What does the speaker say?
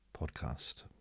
Podcast